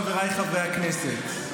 חבריי חברי הכנסת,